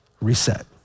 reset